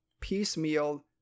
piecemeal